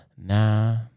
Nah